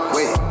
Wait